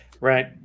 right